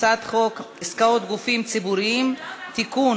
הצעת חוק עסקאות גופים ציבוריים (תיקון,